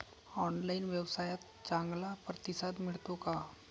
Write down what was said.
Online व्यवसायात चांगला प्रतिसाद मिळतो का?